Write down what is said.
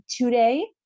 today